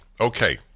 Okay